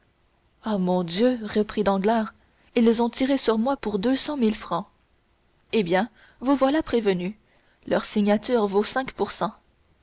ah mon dieu reprit danglars ils ont tiré sur moi pour deux cent mille francs eh bien vous voilà prévenu leur signature vaut cinq pour cent